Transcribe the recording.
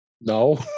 No